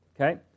Okay